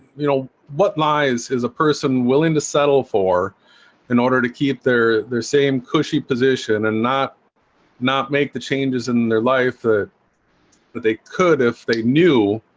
you know what lies is a person willing to settle for in order to keep their their same cushy position and not not make the changes in their life but they could if they knew